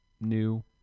new